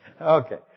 Okay